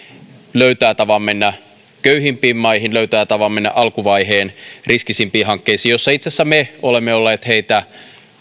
löytää tavan mennä köyhimpiin maihin löytää tavan mennä alkuvaiheen riskisimpiin hankkeisiin joissa me itse asiassa olemme olleet heitä